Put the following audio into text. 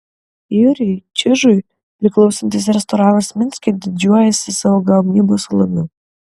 jurijui čižui priklausantis restoranas minske didžiuojasi savo gamybos alumi